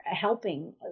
helping